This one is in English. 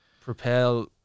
propel